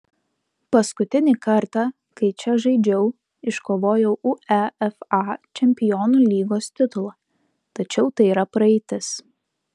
paskutinį kartą kai čia žaidžiau iškovojau uefa čempionų lygos titulą tačiau tai yra praeitis